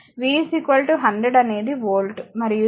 v 100 అనేది volt మరియు G విలువ 0